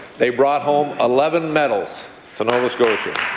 they brought home eleven medals to nova scotia